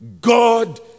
God